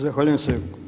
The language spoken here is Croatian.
Zahvaljujem se.